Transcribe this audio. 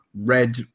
red